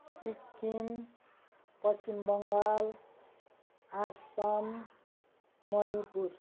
Sikkim Paschim Bangal Assam Manipur